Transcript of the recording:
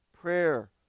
prayer